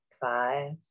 Five